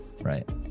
right